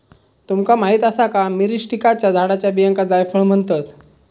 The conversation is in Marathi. तुमका माहीत आसा का, मिरीस्टिकाच्या झाडाच्या बियांका जायफळ म्हणतत?